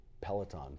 Peloton